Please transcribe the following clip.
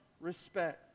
respect